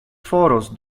foros